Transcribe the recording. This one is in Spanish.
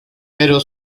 pero